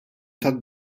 tad